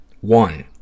one